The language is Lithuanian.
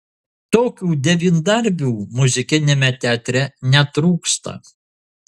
tokių devyndarbių muzikiniame teatre netrūksta